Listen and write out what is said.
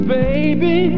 baby